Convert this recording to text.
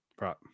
Right